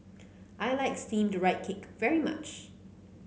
I like steamed Rice Cake very much